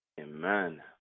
Amen